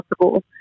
possible